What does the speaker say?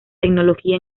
tecnología